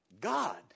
God